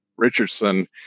Richardson